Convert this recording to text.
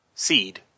seed